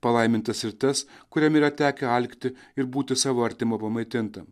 palaimintas ir tas kuriam yra tekę alkti ir būti savo artimo pamaitintam